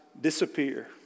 disappear